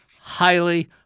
highly